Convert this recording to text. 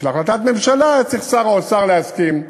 בשביל החלטת ממשלה צריך שר האוצר להסכים,